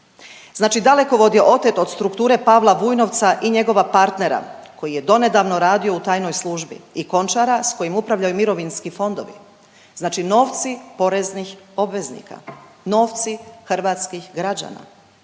Znači Dalekovod je otet od strukture Pavla Vujnovca i njegovog partnera koji je donedavno radio u tajnoj službi i Končara s kojim upravljaju mirovinski fondovi, znači novci poreznih obveznika, novci hrvatskih građana.